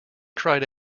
cried